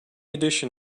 edition